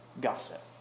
gossip